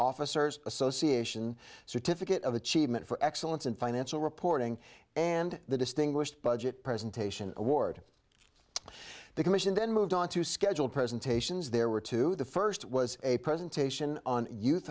officers association certificate of achievement for excellence in financial reporting and the distinguished budget presentation award the commission then moved on to schedule presentations there were two the first was a presentation on youth